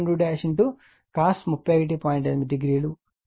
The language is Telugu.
8 డిగ్రీ I0 cos ∅0